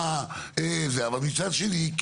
אבל מצד שני,